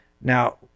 now